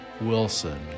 Wilson